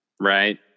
right